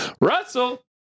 Russell